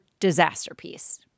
Disasterpiece